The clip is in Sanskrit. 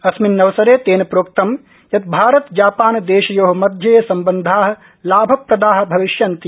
अस्मिन् अवसरे तेन प्रोक्तं यत् भारत जापान देशयो मध्ये सम्बन्धा लाभप्रदा भविष्यन्ति